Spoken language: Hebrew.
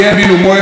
פורחים.